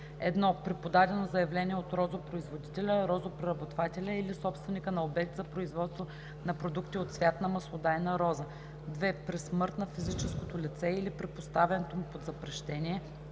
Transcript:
1. при подадено заявление от розопроизводителя, розопреработвателя или собственика на обект за производство на продукти от цвят на маслодайна роза; 2. при смърт на физическото лице или при поставянето му под запрещение;